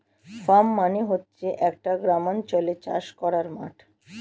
farm মানে হচ্ছে একটা গ্রামাঞ্চলে চাষ করার মাঠ